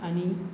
आणि